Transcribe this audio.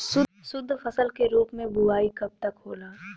शुद्धफसल के रूप में बुआई कब तक होला?